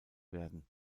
werden